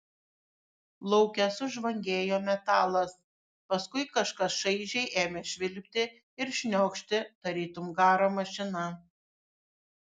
lauke sužvangėjo metalas paskui kažkas šaižiai ėmė švilpti ir šniokšti tarytum garo mašina